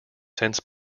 since